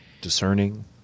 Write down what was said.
discerning